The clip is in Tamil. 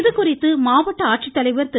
இதுகுறித்து மாவட்ட ஆட்சித்தலைவர் திரு